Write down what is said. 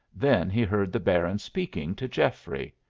then he heard the baron speaking to geoffrey.